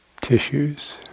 tissues